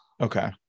Okay